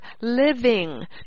living